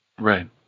Right